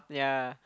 yeah